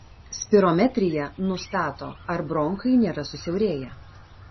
spirometrija nustato ar bronchai nėra susiaurėję